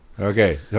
Okay